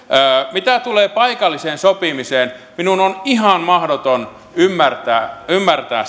mitä tulee paikalliseen sopimiseen minun on ihan mahdoton ymmärtää ymmärtää